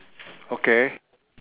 okay